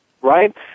right